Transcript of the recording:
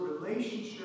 relationship